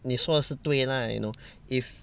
你说是对 lah you know if